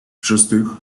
шестых